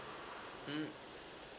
mm